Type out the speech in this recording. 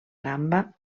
gamba